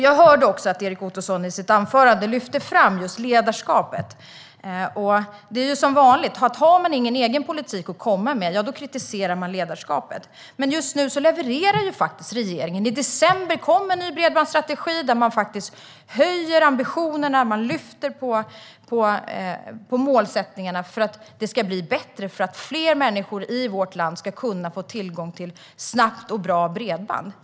Jag hörde att Erik Ottoson i sitt anförande lyfte fram just ledarskapet. Det är som vanligt: Har man ingen egen politik att komma med kritiserar man ledarskapet. Just nu levererar regeringen. I december kom en ny bredbandsstrategi där man höjer ambitionerna och målsättningarna för att fler människor i vårt land ska få tillgång till snabbt och bra bredband.